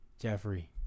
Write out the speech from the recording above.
Jeffrey